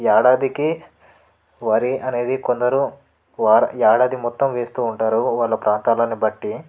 ఏడాదికి వరి అనేది కొందరు వార ఏడాది మొత్తం వేస్తూ ఉంటారు వాళ్ళ ప్రాంతాలని బట్టి